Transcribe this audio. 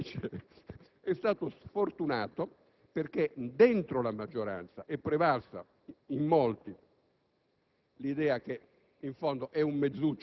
e inopinatamente, invece, è stato sfortunato, perché nella maggioranza è prevalsa in molti